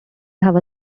have